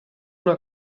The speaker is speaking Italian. una